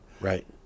Right